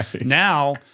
Now